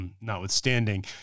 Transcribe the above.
notwithstanding